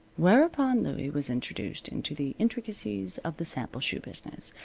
whereupon louie was introduced into the intricacies of the sample shoe business.